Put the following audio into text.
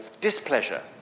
displeasure